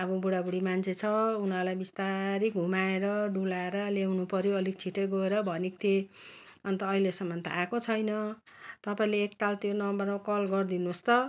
अब बुढाबुढी मान्छे छ उनीहरूलाई बिस्तारी घुमाएर डुलाएर ल्याउनु पऱ्यो अलिक छिटै गएर भनेको थिएँ अन्त अहिलेसम्म त आएको छैन तपाईँले एकताल त्यो नम्बरमा कल गरिदिनुहोस् त